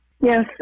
Yes